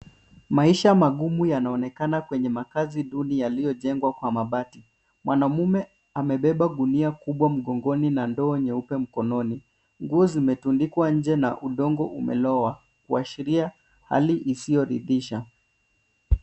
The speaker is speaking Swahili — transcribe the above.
Maisha magumu yanaonekana kwenye makazi duni yaliyojengwa kwa mabati. Mwanaume amebeba gunia kubwa mgongoni na ndoo nyeupe mkononi. Nguo zimetundikwa nje na udongo umelowa, kuashiria hali isiyoridhisha.